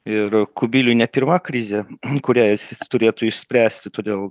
ir kubiliui ne pirma krizė kurią jis turėtų išspręsti todėl